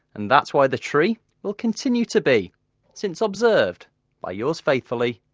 and that's why the tree will continue to be since observed by yours faithfully,